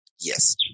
Yes